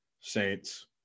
Saints